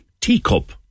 teacup